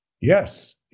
Yes